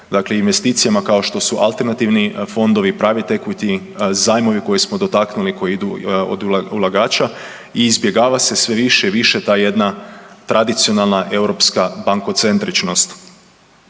investicijama kao što su alternativni fondovi, … zajmovi koje smo dotaknuli koji idu od ulagača i izbjegava se sve više i više ta jedna tradicionalna europska bankocentričnost.